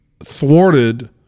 thwarted